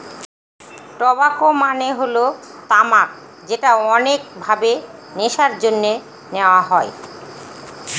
টবাক মানে হল তামাক যেটা অনেক ভাবে নেশার জন্যে নেওয়া হয়